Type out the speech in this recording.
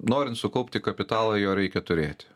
norint sukaupti kapitalą jo reikia turėti